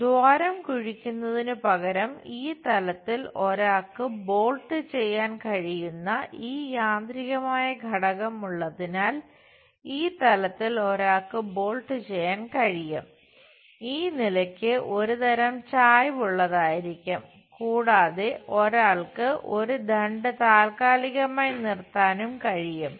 ദ്വാരം കുഴിക്കുന്നതിനുപകരം ഈ തലത്തിൽ ഒരാൾക്ക് ബോൾട്ട് ചെയ്യാൻ കഴിയും ഈ നിലയ്ക്ക് ഒരുതരം ചായ്വുള്ളതായിരിക്കും കൂടാതെ ഒരാൾക്ക് ഒരു ദണ്ഡ് താൽക്കാലികമായി നിർത്താനും കഴിയും